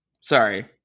Sorry